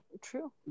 True